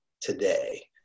today